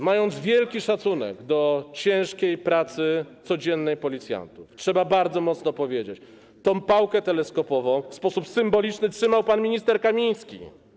Mając wielki szacunek do ciężkiej pracy codziennej policjantów, trzeba bardzo mocno powiedzieć: tę pałkę teleskopową w sposób symboliczny trzymał pan minister Kamiński.